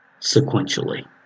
sequentially